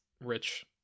rich